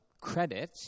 credit